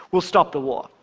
we'll stop the war.